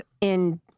in-